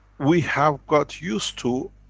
we have got used to